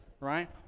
right